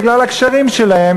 בגלל הקשרים שלהם,